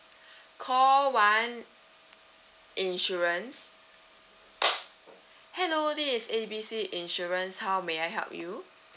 call one insurance hello this A B C insurance how may I help you